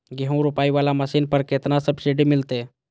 गेहूं रोपाई वाला मशीन पर केतना सब्सिडी मिलते?